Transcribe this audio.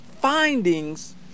findings